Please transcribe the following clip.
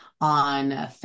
on